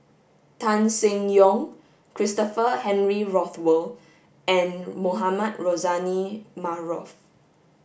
Tan Seng Yong Christopher Henry Rothwell and Mohamed Rozani Maarof